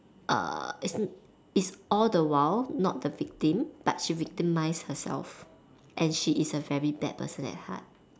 uh as in it's all the while not the victim but she victimise herself and she is a very bad person at heart